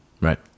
Right